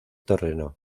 terreno